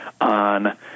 on